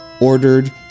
ordered